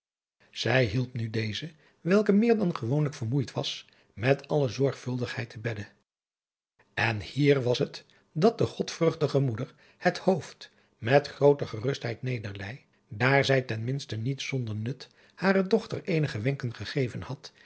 zij hielp nu deze welke meer dan gewoonlijk vermoeid was met alle zorgvuldigheid te bedde en hier was het dat de godvruchtige moeder het hoofd met grooter gerustheid nederleî daar zij ten minste niet zonder nut hare dochadriaan loosjes pzn het leven van hillegonda buisman ter eenige wenken gegeven had